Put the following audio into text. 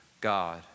God